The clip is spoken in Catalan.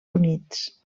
units